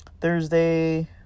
Thursday